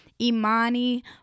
Imani